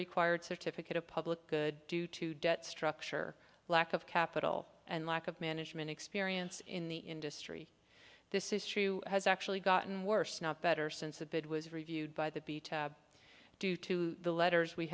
required certificate a public good due to debt structure lack of capital and lack of management experience in the industry this issue has actually gotten worse not better since the bid was reviewed by the due to the letters we